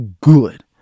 good